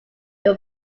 your